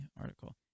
article